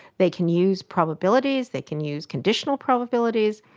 they can use probabilities, they can use conditional probabilities,